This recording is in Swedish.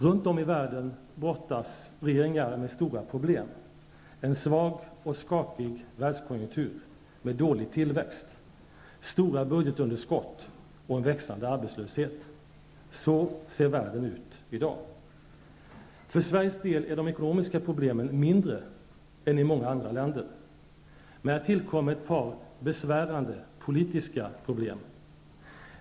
Runt om i världen brottas regeringar med stora problem: en svag och skakig världskonjunktur med dålig tillväxt, stora budgetunderskott och växande arbetslöshet. Så ser världen ut i dag. För Sveriges del är de ekonomiska problemen mindre än i många andra länder. Men här tillkommer ett par besvärande politiska problem.